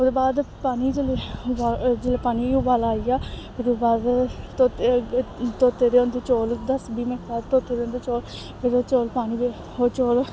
ओह्दे बाद पानी जिसलै पानी गी उबाला आई जा ओह्दे बाद धोते धोते दे होंदे चौल दस बीह् मिन्ट बाद धोते दे होंदे चौल फिर ओह् चौल पानी ओह् चौल